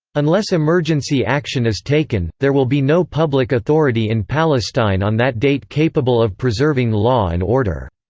unless emergency action is taken, there will be no public authority in palestine on that date capable of preserving law and order.